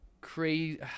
crazy